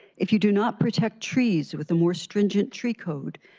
if you do not protect trees with a more stringent tree code,